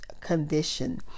condition